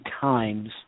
times